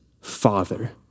father